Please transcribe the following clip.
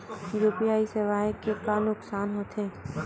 UPI सेवाएं के का नुकसान हो थे?